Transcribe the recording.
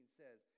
says